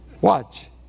Watch